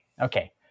Okay